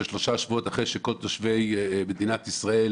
שלושה שבועות אחרי שכל תושבי מדינת ישראל,